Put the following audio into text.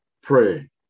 pray